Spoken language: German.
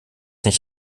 nicht